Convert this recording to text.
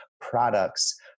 products